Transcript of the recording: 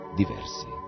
diversi